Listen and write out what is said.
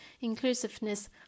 inclusiveness